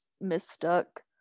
mistook